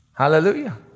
Hallelujah